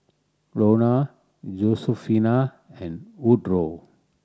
Lona Josefina and Woodroe